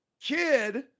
kid